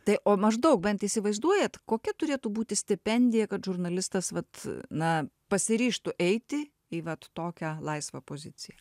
tai o maždaug bent įsivaizduojat kokia turėtų būti stipendija kad žurnalistas vat na pasiryžtų eiti į vat tokią laisvą poziciją